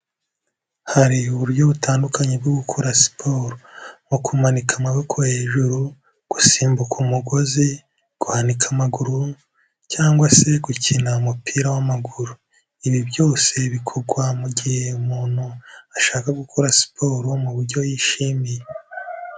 Hari uburyo butandukanye bwo gukora siporo. Nko kumanika amaboko hejuru, gusimbuka umugozi, guhanika amaguru cyangwa se gukina umupira w'amaguru, ibi byose bikugwa mu gihe umuntu ashaka gukora siporo mu buryo yishimiye.